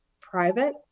private